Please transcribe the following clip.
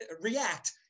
react